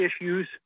issues